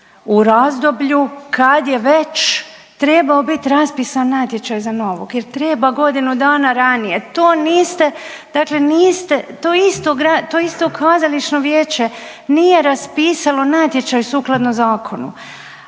u razdoblju kad je već trebao bit raspisan natječaj za novog jer treba godinu dana ranije, to niste, dakle niste, to isto kazališno vijeće nije raspisalo natječaj sukladno zakonu,